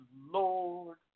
Lord